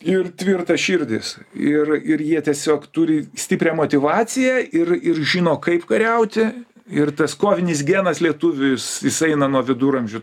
ir tvirtas širdis ir ir jie tiesiog turi stiprią motyvaciją ir ir žino kaip kariauti ir tas kovinis genas lietuvių jis jis eina nuo viduramžių